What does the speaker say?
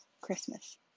Christmas